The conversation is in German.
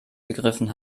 begriffen